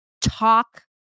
talk